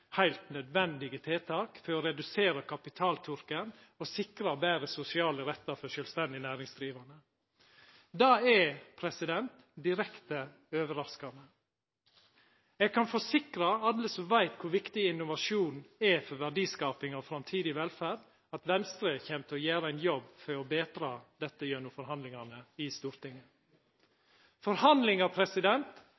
heilt nødvendige tiltak for å redusera kapitalturken og sikra betre sosiale rettar for sjølvstendig næringsdrivande. Det er direkte overraskande. Eg kan forsikra alle som veit kor viktig innovasjon er for verdiskaping og framtidig velferd, at Venstre kjem til å gjera ein jobb for å betra dette gjennom forhandlingane i Stortinget;